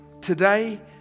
today